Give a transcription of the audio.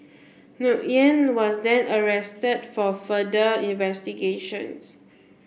Nguyen was then arrested for further investigations